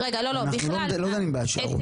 אנחנו לא דנים בהשערות.